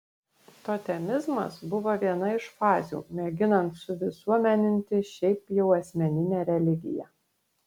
totemizmas buvo viena iš fazių mėginant suvisuomeninti šiaip jau asmeninę religiją